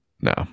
no